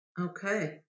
Okay